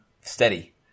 steady